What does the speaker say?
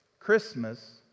Christmas